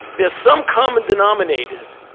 there's some common denominators,